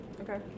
Okay